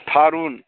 थारुन